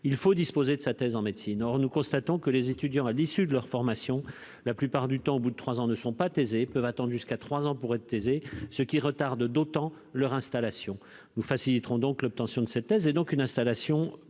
il faut disposer de sa thèse de médecine. Or nous constatons que les étudiants à l'issue de leur formation, la plupart du temps au bout de trois ans, ne sont pas thésés- ils peuvent attendre jusqu'à trois ans pour l'être -, ce qui retarde d'autant plus leur installation. Nous faciliterons l'obtention de la thèse et rendrons ainsi leur installation